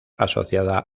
asociado